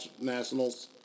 Nationals